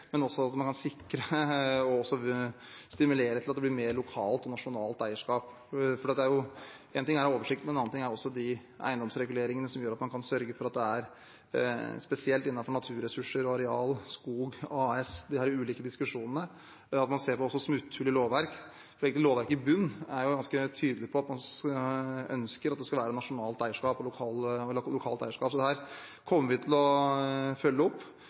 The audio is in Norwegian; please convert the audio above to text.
men også at man kan sikre og også stimulere til at det blir mer lokalt og nasjonalt eierskap. Én ting er å ha oversikt, men en annen ting er de eiendomsreguleringene som gjør at man kan sørge for at det er spesielt innenfor naturressurser, areal, skog, AS vi har de ulike diskusjonene, og at man ser på hva slags smutthull det er i lovverket. Lovverket i bunnen er ganske tydelig på at man ønsker at det skal være nasjonalt og lokalt eierskap. Her kommer vi til å følge opp,